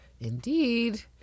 Indeed